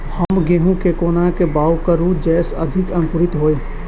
हम गहूम केँ कोना कऽ बाउग करू जयस अधिक अंकुरित होइ?